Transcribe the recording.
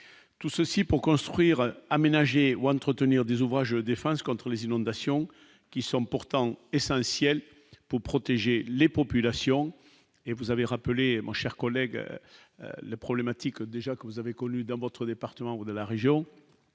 tout ceci pour construire aménager ou entretenir des ouvrages défense contre les inondations, qui sont pourtant essentiels pour protéger les populations et vous avez rappelé mon cher collègue, la problématique déjà que vous avez connu dans votre département ou de la région,